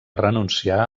renunciar